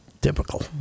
typical